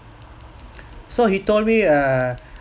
so he told me err